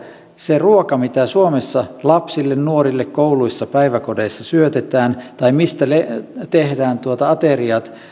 se ruoka mitä suomessa lapsille ja nuorille kouluissa ja päiväkodeissa syötetään tai mistä tehdään ateriat